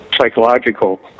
psychological